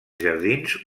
jardins